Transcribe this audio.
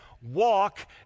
walk